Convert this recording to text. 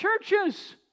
churches